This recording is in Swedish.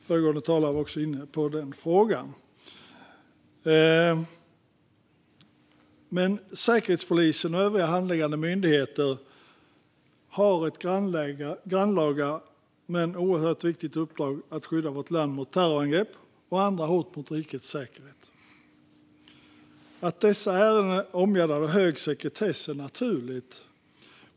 Föregående talare var också inne på den frågan. Säkerhetspolisen och övriga handläggande myndigheter har ett grannlaga men oerhört viktigt uppdrag att skydda vårt land mot terrorangrepp och andra hot mot rikets säkerhet. Att dessa ärenden är omgärdade av hög sekretess är naturligt.